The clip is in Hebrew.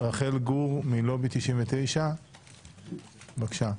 רחל גור מלובי 99, בבקשה.